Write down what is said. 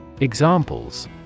Examples